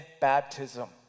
baptism